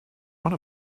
one